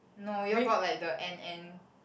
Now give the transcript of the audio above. no you all got like the and and